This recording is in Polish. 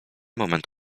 moment